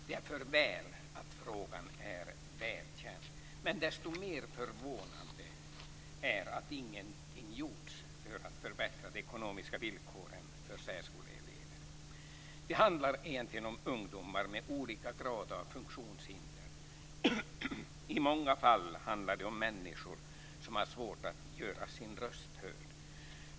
Det är för väl att frågan är väl känd. Men desto mer förvånande är då att ingenting gjorts för att förbättra de ekonomiska villkoren för särskoleelever. Det handlar egentligen om ungdomar med olika grad av funktionshinder. I många fall handlar det om människor som har svårt att göra sin röst hörd.